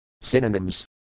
SYNONYMS